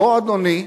בוא, אדוני,